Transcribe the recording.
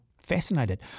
fascinated